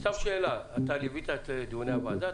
סתם שאלה: אתה ליווית את דיוני הוועדה?